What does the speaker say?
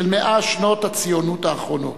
של 100 שנות הציונות האחרונות.